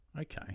okay